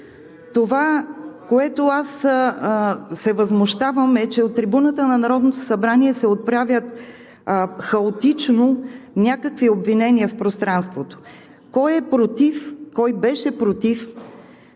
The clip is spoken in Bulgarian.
Това, от което аз се възмущавам, е, че от трибуната на Народното събрание се отправят хаотично някакви обвинения в пространството. Кой беше против